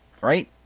Right